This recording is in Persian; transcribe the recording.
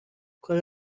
کار